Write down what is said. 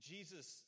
Jesus